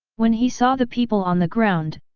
when he saw the people on the ground,